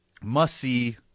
must-see